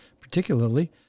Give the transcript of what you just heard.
particularly